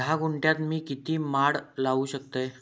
धा गुंठयात मी किती माड लावू शकतय?